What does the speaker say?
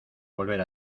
volver